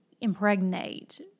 impregnate